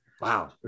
Wow